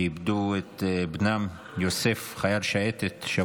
שאיבדו בשבוע שעבר בעזה את בנם יוסף, חייל שייטת.